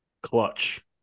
clutch